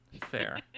Fair